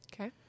Okay